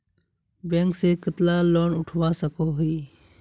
Bank से कतला loan उठवा सकोही?